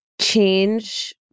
change